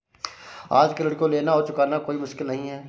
आजकल ऋण को लेना और चुकाना कोई मुश्किल नहीं है